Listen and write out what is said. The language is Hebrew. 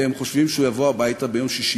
והם חושבים שהוא יבוא הביתה ביום שישי